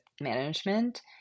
management